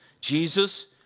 Jesus